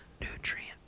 nutrient